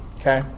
Okay